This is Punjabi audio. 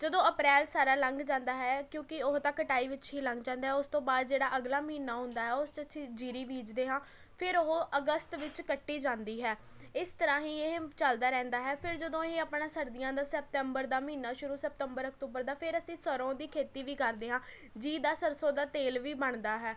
ਜਦੋਂ ਅਪ੍ਰੈਲ ਸਾਰਾ ਲੰਘ ਜਾਂਦਾ ਹੈ ਕਿਉਂਕਿ ਉਹ ਤਾਂ ਕਟਾਈ ਵਿੱਚ ਹੀ ਲੰਘ ਜਾਂਦਾ ਉਸ ਤੋਂ ਬਾਅਦ ਜਿਹੜਾ ਅਗਲਾ ਮਹੀਨਾ ਹੁੰਦਾ ਹੈ ਉਸ 'ਚ ਅਸੀਂ ਜੀਰੀ ਬੀਜਦੇ ਹਾਂ ਫਿਰ ਉਹ ਅਗਸਤ ਵਿੱਚ ਕੱਟੀ ਜਾਂਦੀ ਹੈ ਇਸ ਤਰ੍ਹਾਂ ਹੀ ਇਹ ਚੱਲਦਾ ਰਹਿੰਦਾ ਹੈ ਫਿਰ ਜਦੋਂ ਇਹ ਆਪਣਾ ਸਰਦੀਆਂ ਦਾ ਸੈਪਤੰਬਰ ਦਾ ਮਹੀਨਾ ਸ਼ੁਰੂ ਸੈਪਤੰਬਰ ਅਕਤੂਬਰ ਦਾ ਫਿਰ ਅਸੀਂ ਸਰ੍ਹੋਂ ਦੀ ਖੇਤੀ ਵੀ ਕਰਦੇ ਹਾਂ ਜਿਸਦਾ ਸਰਸੋਂ ਦਾ ਤੇਲ ਵੀ ਬਣਦਾ ਹੈ